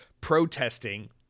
protesting